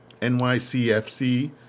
NYCFC